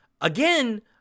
again